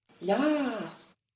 Yes